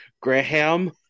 Graham